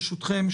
ברשותכם,